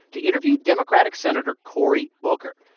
to interview democratic senator cory booker.